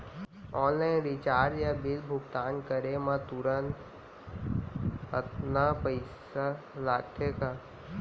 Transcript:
Online recharge या bill भुगतान करे मा तुरंत अक्तहा पइसा लागथे का?